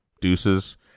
deuces